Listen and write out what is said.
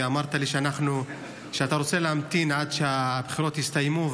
אמרת לי שאתה רוצה להמתין עד שהבחירות יסתיימו,